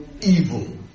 evil